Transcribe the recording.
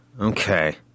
Okay